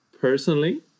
personally